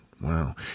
Wow